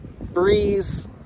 Breeze